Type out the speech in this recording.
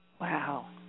Wow